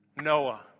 Noah